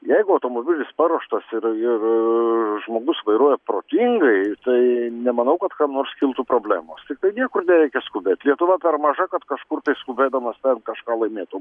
jeigu automobilis paruoštas ir ir žmogus vairuoja protingai tai nemanau kad kam nors kiltų problemos tiktai niekur nereikia skubėt lietuva per maža kad kažkur tai skubėdamas kažką laimėtum